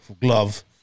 glove